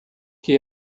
que